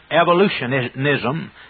evolutionism